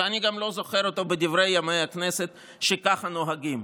ואני גם לא זוכר אותו בדברי ימי הכנסת ושככה נוהגים.